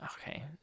Okay